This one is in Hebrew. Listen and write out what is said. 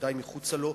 בוודאי מחוצה לו,